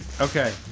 Okay